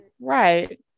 Right